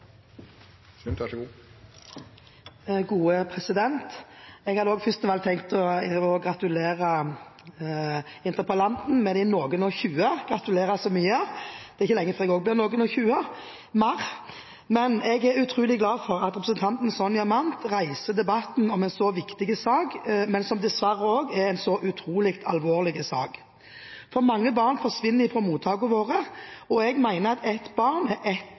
gratulerer så mye! Det er ikke lenge før også jeg blir noen-og-tjue – mer. Jeg er utrolig glad for at representanten Sonja Mandt reiser debatten om en så viktig sak, men som dessverre også er en så alvorlig sak. Mange barn forsvinner fra mottakene våre, og jeg mener at ett forsvunnet barn er ett